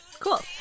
Cool